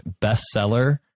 bestseller